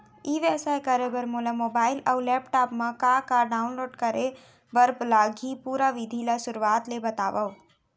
ई व्यवसाय करे बर मोला मोबाइल अऊ लैपटॉप मा का का डाऊनलोड करे बर लागही, पुरा विधि ला शुरुआत ले बतावव?